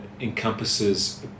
encompasses